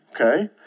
Okay